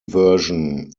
version